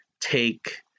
take